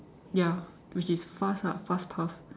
ya which is fast ah fast path